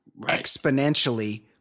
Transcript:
exponentially